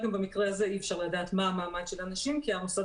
במקרה הזה אי אפשר לדעת מה המעמד של הנשים כי המוסד